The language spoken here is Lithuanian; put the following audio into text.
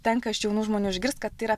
tenka iš jaunų žmonių išgirst kad tai yra